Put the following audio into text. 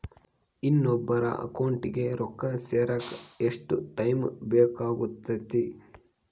ಇನ್ನೊಬ್ಬರ ಅಕೌಂಟಿಗೆ ರೊಕ್ಕ ಸೇರಕ ಎಷ್ಟು ಟೈಮ್ ಬೇಕಾಗುತೈತಿ?